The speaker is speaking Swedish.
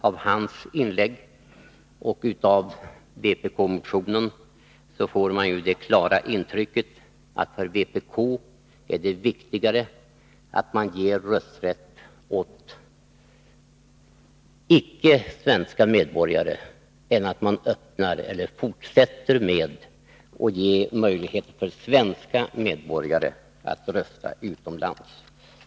Av hans inlägg och av vpk-motionen får jag det klara intrycket att för vpk är det viktigare att man ger rösträtt åt icke svenska medborgare än att man öppnar — eller fortsätter att ge — möjligheter för svenska medborgare att rösta utomlands.